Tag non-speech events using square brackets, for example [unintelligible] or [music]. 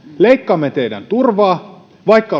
leikkaamme teidän turvaa vaikka [unintelligible]